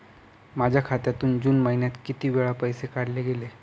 माझ्या खात्यातून जून महिन्यात किती वेळा पैसे काढले गेले?